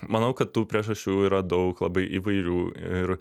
manau kad tų priežasčių yra daug labai įvairių ir